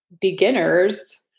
beginners